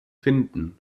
finden